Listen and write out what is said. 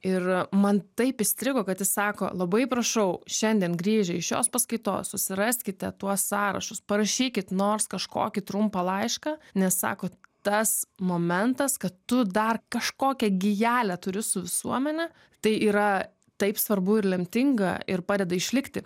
ir man taip įstrigo kad jis sako labai prašau šiandien grįžę iš šios paskaitos susiraskite tuos sąrašus parašykit nors kažkokį trumpą laišką nes sakot tas momentas kad tu dar kažkokią gijelę turi su visuomene tai yra taip svarbu ir lemtinga ir padeda išlikti